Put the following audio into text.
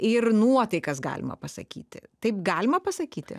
ir nuotaikas galima pasakyti taip galima pasakyti